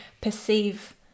perceive